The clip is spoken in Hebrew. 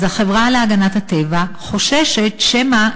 אז החברה להגנת הטבע חוששת שמא,